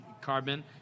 carbon